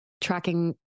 tracking